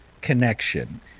connection